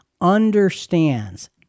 understands